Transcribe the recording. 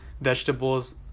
vegetables